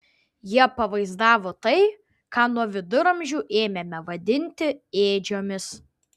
jie pavaizdavo tai ką nuo viduramžių ėmėme vadinti ėdžiomis